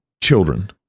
children